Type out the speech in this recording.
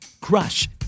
Crush